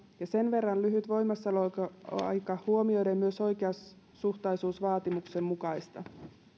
ja sen verran lyhyt voimassaoloaika huomioiden myös oikeasuhtaisuusvaatimuksen mukaista